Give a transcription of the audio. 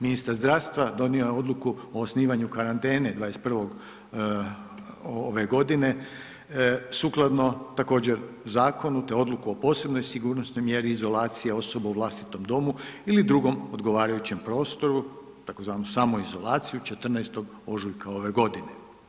Ministar zdravstva donio je Odluku o osnivanju karantene 21. ove godine, sukladno također, zakonu te Odluku o posebnoj sigurnosnoj mjeri izolacije u vlastitom domu ili drugom odgovarajućem prostoru tzv. samoizolaciju 14. ožujka ove godine.